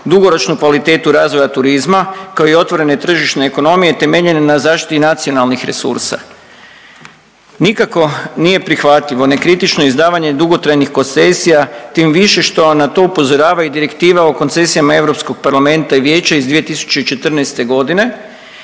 dugoročnu kvalitetu razvoja turizma, kao i otvorene tržišne ekonomije temeljene na zaštiti nacionalnih resursa. Nikako nije prihvatljivo nekritično izdavanje dugotrajnih .../Govornik se ne razumije./... tim više što na to upozorava i Direktiva o koncesijama EU Parlamenta i Vijeća iz 2014. g. jer